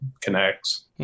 connects